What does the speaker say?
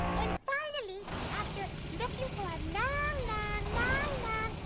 and finally, after looking for a long, long,